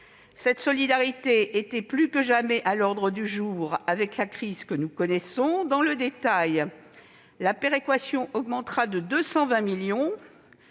cette solidarité étant plus que jamais à l'ordre du jour avec la crise que nous connaissons. Dans le détail, la péréquation augmentera de 220 millions